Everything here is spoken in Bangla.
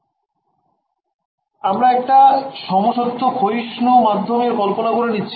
ছাত্রছাত্রী আমরা একটা সমসত্ত্ব ক্ষয়িষ্ণু মাধ্যমের কল্পনা করে নিচ্ছি